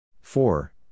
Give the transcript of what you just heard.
Four